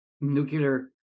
nuclear